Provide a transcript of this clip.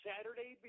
Saturday